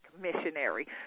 missionary